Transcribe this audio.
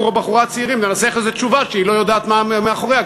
או בחורה צעירים לנסח איזו תשובה שהם לא יודעים מה עומד מאחוריה,